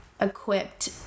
equipped